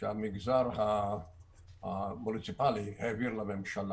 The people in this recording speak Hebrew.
שהמגזר המוניציפלי העביר לממשלה.